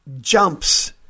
jumps